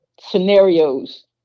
scenarios